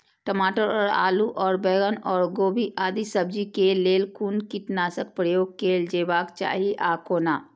टमाटर और आलू और बैंगन और गोभी आदि सब्जी केय लेल कुन कीटनाशक प्रयोग कैल जेबाक चाहि आ कोना?